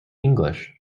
english